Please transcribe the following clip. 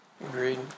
Agreed